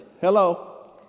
hello